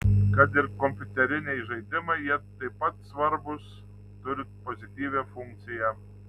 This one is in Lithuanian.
kad ir kompiuteriniai žaidimai jie taip pat svarbūs turi pozityvią funkciją